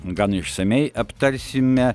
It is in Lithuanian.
gan išsamiai aptarsime